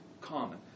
common